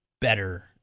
better